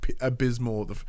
abysmal